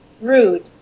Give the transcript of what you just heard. rude